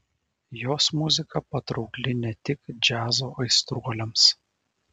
jos muzika patraukli ne tik džiazo aistruoliams